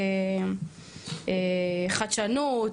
חדשנות,